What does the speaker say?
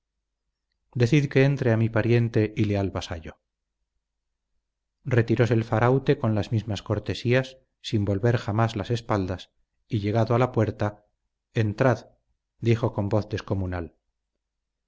decid que entre a mi pariente y leal vasallo retiróse el faraute con las mismas cortesías sin volver jamás las espaldas y llegado a la puerta entrad dijo con voz descomunal